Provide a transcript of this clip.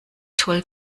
toll